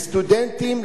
לסטודנטים,